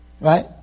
right